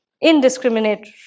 indiscriminate